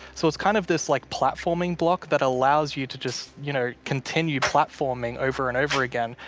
so it's kind of this like platforming block that allows you to just you know continue platforming over and over again,